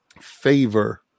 favor